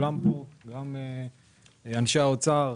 גם אנשי האוצר,